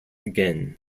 again